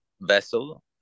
vessel